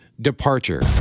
departure